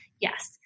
yes